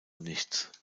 nichts